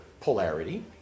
polarity